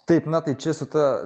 taip na tai čia su ta